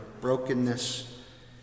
brokenness